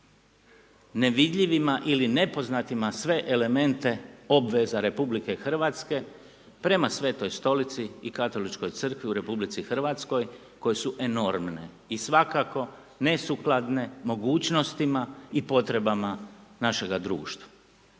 nevidljivima ili nepoznatima sve elemente obveza RH prema Svetoj Stolici i Katoličkoj crkvi u RH koje su enormne i svakako ne sukladne mogućnostima i potrebama našega društva.